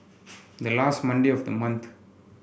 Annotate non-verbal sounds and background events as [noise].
the last Monday of the [unintelligible]